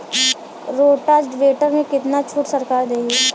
Rotavator में कितना छूट सरकार देही?